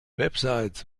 websites